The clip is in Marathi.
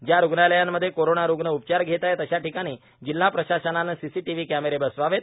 ज्या रुग्णालयांमध्ये कोरोना रुग्ण उपचार घेत आहेत अशा ठिकाणी जिल्हा प्रशासनाने सीसीटिव्ही कॅमेरे बसवावेत